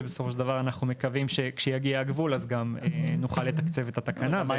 ובסופו של דבר אנחנו מקווים שכשיגיע הגבול אז גם נוכל לתקצב את התקנה.